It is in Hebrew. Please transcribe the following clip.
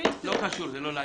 לא קשור, זה לא לעניין.